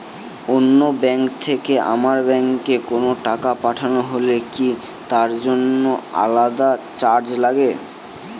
অন্য ব্যাংক থেকে আমার ব্যাংকে কোনো টাকা পাঠানো হলে কি তার জন্য আলাদা চার্জ লাগে?